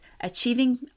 Achieving